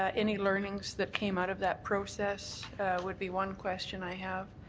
ah any learnings that came out of that process would be one question i have.